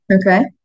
Okay